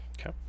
Okay